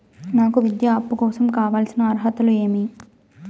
నాకు విద్యా అప్పు కోసం కావాల్సిన అర్హతలు ఏమి?